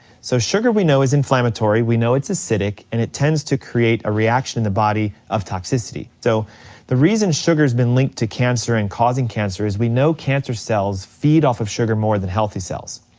so sugar we know is inflammatory, we know it's acidic, and it tends to create a reaction in the body of toxicity. so the reason sugar's been linked to cancer and causing cancer, is we know cancer cells feed off of sugar more than healthy cells.